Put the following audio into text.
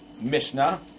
Mishnah